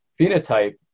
phenotype